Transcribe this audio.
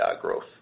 growth